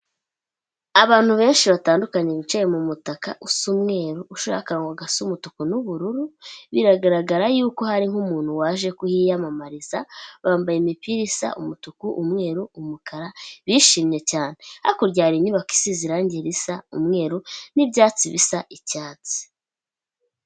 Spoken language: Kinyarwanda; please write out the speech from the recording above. Abantu benshi batandukanye bicaye mu mutaka usa umweru, uciyeho akarongo gasa umutuku n'ubururu, biragaragara y'uko hariho umuntu waje kuhiyamamariza, bambaye imipira isa umutuku, umweru, umukara, bishimye cyane, hakurya hari inyubako isize irange risa umweru n'ibyatsi bisa icyatsi.